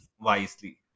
wisely